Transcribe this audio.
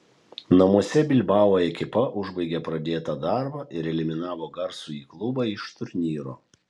namuose bilbao ekipa užbaigė pradėtą darbą ir eliminavo garsųjį klubą iš turnyro